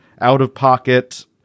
out-of-pocket